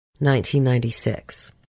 1996